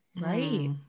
Right